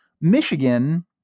Michigan